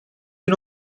bin